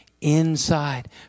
inside